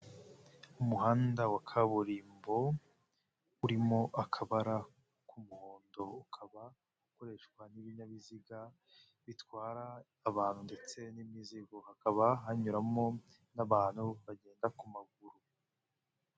Umuhanda wa kaburimbo urimo akabara k'umuhondo, ukaba ukoreshwa n'ibinyabiziga bitwara abantu ndetse n'imizigo, hakaba hanyuramo n'abantu bagenda ku maguru.